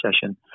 session